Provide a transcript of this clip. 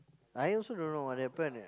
I also don't know what happen eh